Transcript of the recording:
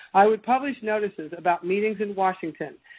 i would publish notices about meetings in washington,